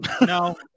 No